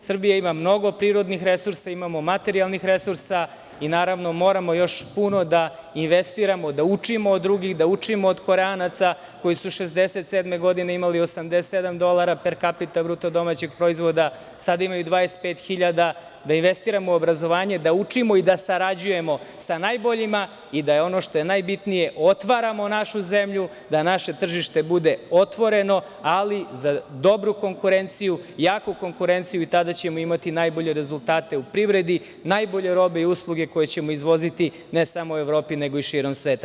Srbija ima mnogo prirodnih resursa, imamo materijalnih resursa i naravno moramo još puno da investiramo, da učimo od drugih, da učimo od Koreanaca koji su 1967. godine imali 87 dolara BDP, sada imaju 25.000, da investiramo u obrazovanje, da učimo i sarađujemo sa najboljima i da, ono što je najbitnije, otvaramo našu zemlju, da naše tržište bude otvoreno, ali za dobru konkurenciju, jaku konkurenciju i tada ćemo imati najbolje rezultate u privredi, najbolje robe i usluge koje ćemo izvoziti, ne samo u Evropi nego i širom sveta.